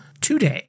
today